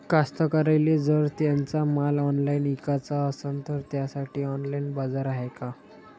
कास्तकाराइले जर त्यांचा माल ऑनलाइन इकाचा असन तर त्यासाठी ऑनलाइन बाजार हाय का?